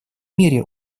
мере